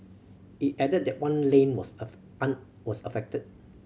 it added that one lane was an was affected